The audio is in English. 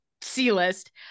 C-list